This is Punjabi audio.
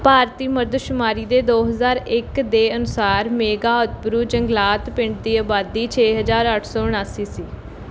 ਭਾਰਤੀ ਮਰਦਮਸ਼ੁਮਾਰੀ ਦੇ ਦੋ ਹਜ਼ਾਰ ਇੱਕ ਦੇ ਅਨੁਸਾਰ ਮੇਘਾਉਤਪਰੂ ਚੰਗਲਾਤ ਪਿੰਡ ਦੀ ਆਬਾਦੀ ਛੇ ਹਜ਼ਾਰ ਅੱਠ ਸੌ ਉਣਾਸੀ ਸੀ